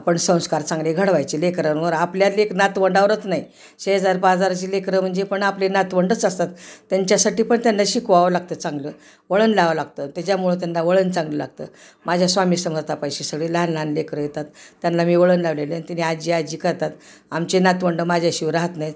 आपण संस्कार चांगले घडवायचे लेकरांवर आपल्याला नातवंडावरच नाही शेजार पाजाराचे लेकर म्हणजे पण आपले नातवंडच असतात त्यांच्यासाठी पण त्यांना शिकवावं लागतं चांगलं वळण लावावं लागतं त्याच्यामुळं त्यांना वळण चांगलं लागतं माझ्या स्वामी समर्था पाशी सगळे लहान लहान लेकरं येतात त्यांना मी वळण लावलेले आणि ते पण आजी आजी करतात आमचे नातवंडं माझ्याशिवय राहात नाहीत